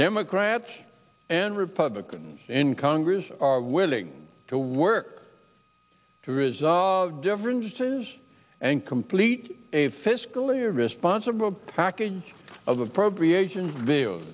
democrats and republicans in congress are willing to work to resolve differences and complete a fiscally responsible package of appropriations